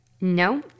No